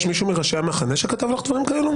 יש מישהו מראשי המחנה שכתב לך דברים כאלה,